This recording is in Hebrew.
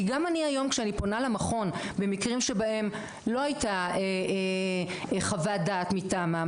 כי גם אני היום כשאני פונה למכון במקרים שבהם לא הייתה חוות דעת מטעמם,